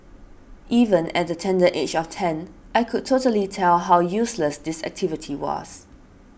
even at the tender age of ten I could totally tell how useless this activity was